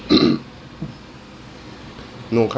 no cur~